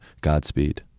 Godspeed